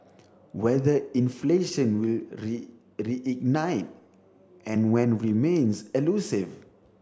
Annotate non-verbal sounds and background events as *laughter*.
whether inflation will *unintelligible* reignite and when remains elusive